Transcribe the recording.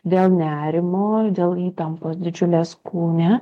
dėl nerimo dėl įtampos didžiulės kūne